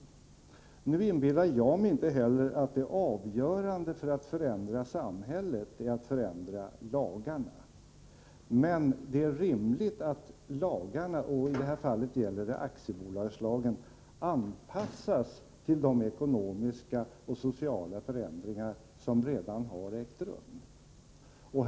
Inte heller jag inbillar mig att det avgörande för att förändra samhället är att förändra lagarna. Men det är rimligt att lagarna — i det här fallet aktiebolagslagen — anpassas till de ekonomiska och sociala förändringar som redan har ägt rum.